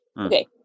Okay